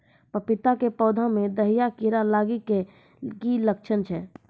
पपीता के पौधा मे दहिया कीड़ा लागे के की लक्छण छै?